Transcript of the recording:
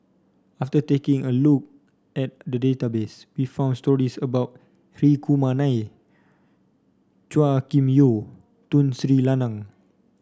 after taking a look at the database we found stories about Hri Kumar Nair Chua Kim Yeow Tun Sri Lanang